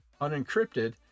unencrypted